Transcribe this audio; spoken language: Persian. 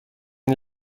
این